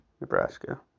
Nebraska